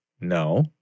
No